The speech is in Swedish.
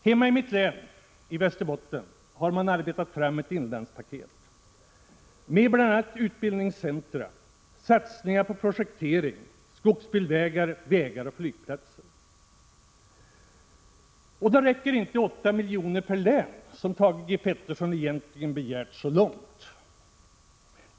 Hemma i mitt län, Västerbotten, har man arbetat fram ett inlandspaket med satsningar på bl.a. utbildningscentra, projektering, skogsbilvägar, vägar och flygplatser. Då räcker inte de 8 milj.kr. per län, som Thage G. Peterson egentligen begärt, så långt.